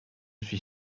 suis